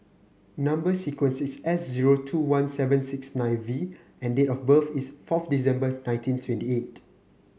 number sequence is S zero two one seven six nine V and date of birth is fourth December nineteen twenty eight